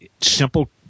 simple